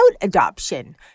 adoption